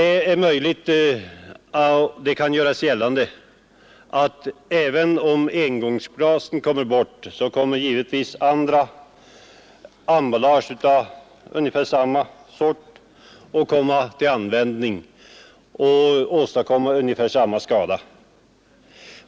Det kan naturligtvis göras gällande att om engångsglasen försvinner så kommer andra emballagetyper till användning som har ungefär samma skadeverkningar.